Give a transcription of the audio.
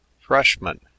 Freshman